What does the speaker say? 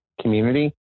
community